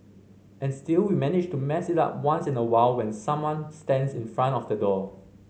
and still we manage to mess it up once in a while when someone stands in front of the door